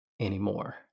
anymore